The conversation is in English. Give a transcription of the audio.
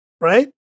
right